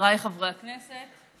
חבריי חברי הכנסת,